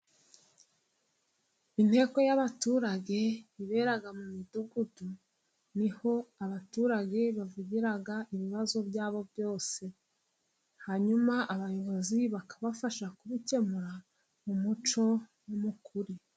Inteko y'abaturage ibera mu midugudu ni ho abaturage bavugira ibibazo byabo byose ,hanyuma abayobozi bakabafasha kubikemura mu mucyo no mu kuri.